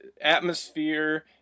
atmosphere